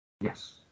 Yes